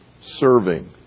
serving